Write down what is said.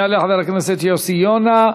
יעלה חבר הכנסת יוסי יונה,